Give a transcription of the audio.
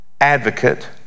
advocate